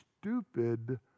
stupid